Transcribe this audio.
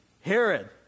Herod